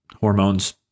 hormones